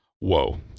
Whoa